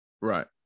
Right